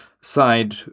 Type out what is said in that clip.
side